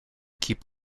keep